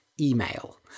email